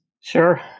Sure